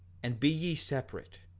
and be ye separate,